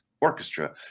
Orchestra